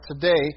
today